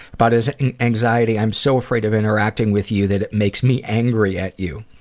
about his anxiety, i'm so afraid of interacting with you that it makes me angry at you.